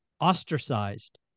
ostracized